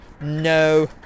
no